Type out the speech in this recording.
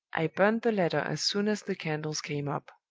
i burned the letter as soon as the candles came up.